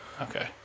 Okay